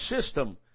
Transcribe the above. system